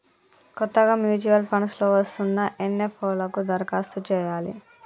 కొత్తగా mutual funds లో వస్తున్న ఎన్.ఎఫ్.ఓ లకు దరఖాస్తు చేయాలి